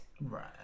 Right